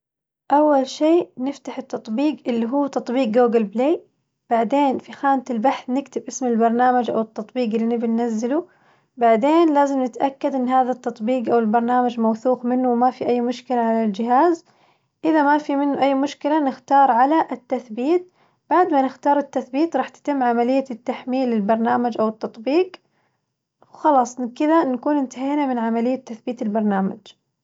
أول شي نفتح التطبيق اللي هو تطبيق قوقل بلاي، بعدين في خانة البحث نكتب اسم البرنامج أو التطبيق اللي نبي ننزله، بعدين لازم نتأكد إن هذا التطبيق أو البرنامج موثوق منه وما في أي مشكلة على الجهاز، إذا ما في أ] مشكلة نختار على التثبيت بعد ما نختار التثبيت راح تتم عملية تحميل البرنامج أو التطبيق، وخلاص كذا نكون انتهينا من عملية تثبيت البرنامج.